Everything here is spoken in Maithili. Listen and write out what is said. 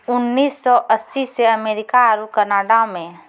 उन्नीस सौ अस्सी से अमेरिका आरु कनाडा मे